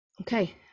okay